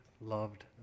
loved